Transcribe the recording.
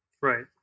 Right